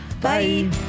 Bye